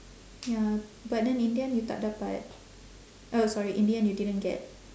ya but then in the end you tak dapat uh sorry in the end you didn't get